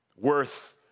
worth